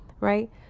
right